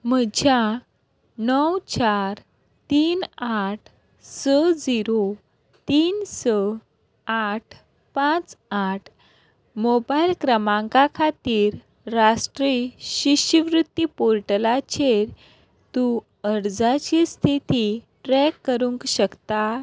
म्हज्या णव चार तीन आठ स झिरो तीन स आठ पांच आठ मोबायल क्रमांका खातीर राष्ट्रीय शिश्यवृत्ती पोर्टलाचेर तूं अर्जाची स्थिती ट्रॅक करूंक शकता